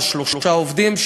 זה שלושה עובדים,